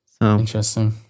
Interesting